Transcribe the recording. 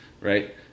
right